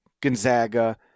Gonzaga